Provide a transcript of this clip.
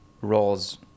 roles